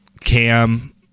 cam